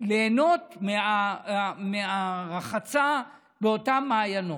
ליהנות מהרחצה באותם מעיינות.